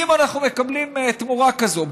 אם אנחנו מקבלים תמורה כזאת,